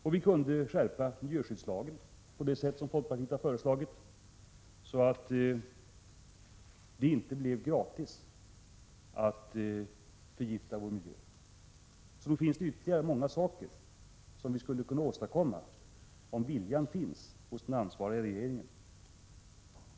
Och vi kunde skärpa miljöskyddslagen på det sätt som folkpartiet har föreslagit, så att det inte blev gratis att förgifta vår miljö. Så nog finns det ytterligare många saker som vi kan åstadkomma, om viljan finns hos den ansvariga regeringen.